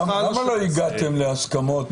למה לא הגעתם להסכמות